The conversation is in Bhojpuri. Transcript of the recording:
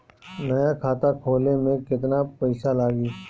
नया खाता खोले मे केतना पईसा लागि?